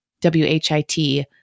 W-H-I-T